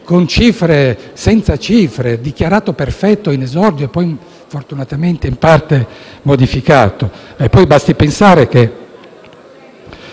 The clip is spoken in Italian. senza cifre, dichiarato perfetto in esordio e poi, fortunatamente, in parte modificato. Basti pensare che